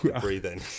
Breathing